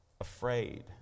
afraid